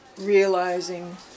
realizing